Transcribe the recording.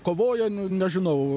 kovoja nežinau